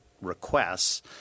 requests